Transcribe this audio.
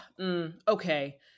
Okay